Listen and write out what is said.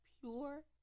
pure